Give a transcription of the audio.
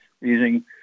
using